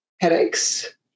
headaches